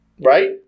Right